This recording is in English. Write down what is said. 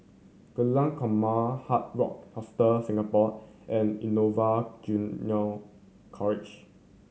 Jalan Korma Hard Rock Hostel Singapore and Innova College